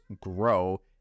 grow